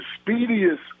speediest –